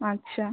আচ্ছা